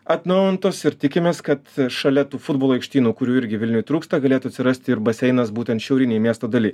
atnaujintos ir tikimės kad šalia tų futbolo aikštynų kurių irgi vilniuj trūksta galėtų atsirasti ir baseinas būtent šiaurinėj miesto daly